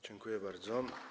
Dziękuję bardzo.